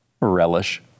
relish